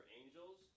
angels